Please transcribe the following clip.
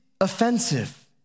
offensive